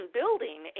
building